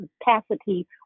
capacity